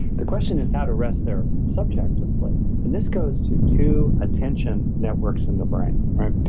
the question is how to rest their subject of life and this goes to two attention networks in the brain, right?